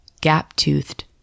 gap-toothed